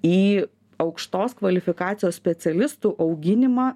į aukštos kvalifikacijos specialistų auginimą